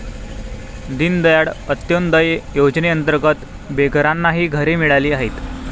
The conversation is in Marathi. दीनदयाळ अंत्योदय योजनेअंतर्गत बेघरांनाही घरे मिळाली आहेत